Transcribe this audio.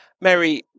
Mary